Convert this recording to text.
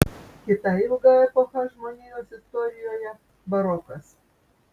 kita ilga epocha žmonijos istorijoje barokas